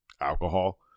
alcohol